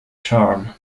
charm